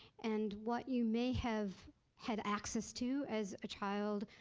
and what you may have had access to as a child,